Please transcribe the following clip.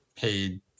paid